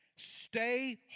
Stay